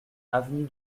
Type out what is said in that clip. avenue